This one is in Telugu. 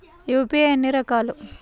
యూ.పీ.ఐ ఎన్ని రకాలు?